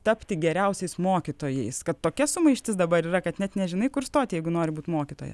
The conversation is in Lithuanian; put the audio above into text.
tapti geriausiais mokytojais kad tokia sumaištis dabar yra kad net nežinai kur stoti jeigu nori būt mokytoja